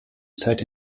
zeit